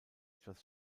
etwas